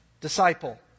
disciple